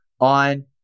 on